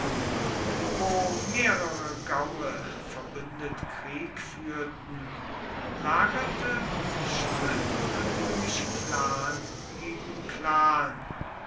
wo mehrere gaue verbündet krieg führten lagerte und stritt natürlich clan gegen clan